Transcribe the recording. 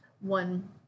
one